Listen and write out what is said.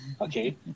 Okay